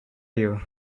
you